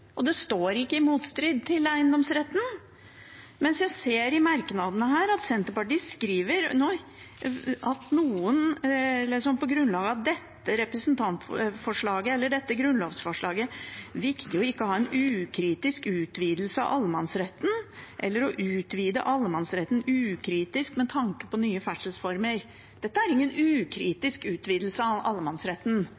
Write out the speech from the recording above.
og det står ikke i motstrid til eiendomsretten. Men jeg ser i merknadene at Senterpartiet skriver at det på grunnlag av dette grunnlovsforslaget er «viktig å ikke ha en ukritisk utvidelse av allemannsretten», eller «å utvide allemannsretten ukritisk med tanke på nye ferdselsformer». Dette er ingen